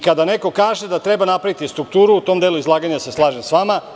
Kada neko kaže da treba napraviti strukturu, u tom delu izlaganja se slažem sa vama.